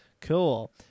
Cool